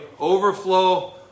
overflow